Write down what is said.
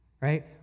right